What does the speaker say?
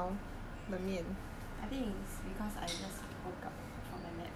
I think is because I just woke up from my nap that's why I